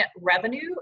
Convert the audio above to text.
revenue